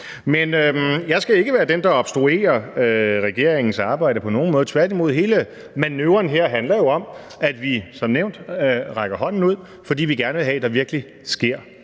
Men jeg skal jo ikke være den, der obstruerer regeringsarbejdet på nogen måde – tværtimod handler hele manøvren her om, at vi som nævnt rækker hånden ud, fordi vi gerne vil have, at der virkelig sker